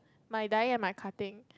mine dye and my cutting